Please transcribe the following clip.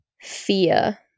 fear